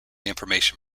information